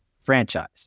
franchise